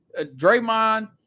Draymond